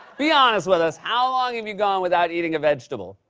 be honest with us. how long have you gone without eating a vegetable?